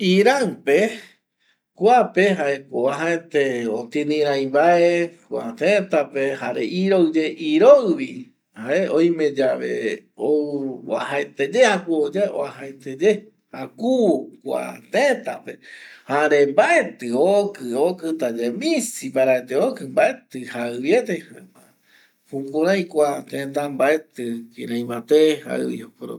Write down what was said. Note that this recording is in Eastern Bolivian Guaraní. Iran pe kuape jaeko uajaete otini rai vae kua teta pe jare iroi ye iroi vi oimeyave ou uajaete ye jakuvo ye uajaete ye jakuvo kua teta pe jare mbaeti okï okïta ye misi paraete okï mbaeti jaïviete jaema jukurei kua teta